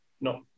No